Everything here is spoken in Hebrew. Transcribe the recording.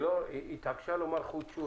היא התעקשה לומר חודשו.